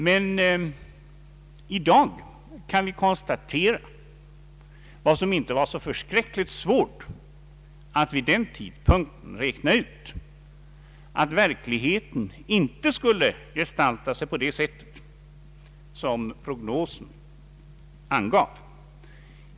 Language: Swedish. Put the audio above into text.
Men i dag kan vi konstatera vad som inte var så svårt att räkna ut vid den tidpunkten, nämligen att verkligheten inte skulle gestalta sig på det sätt som prognosen angav.